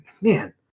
man